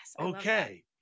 Okay